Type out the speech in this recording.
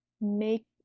make